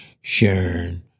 sharing